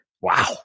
Wow